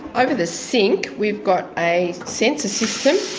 over the sink we've got a sensor system,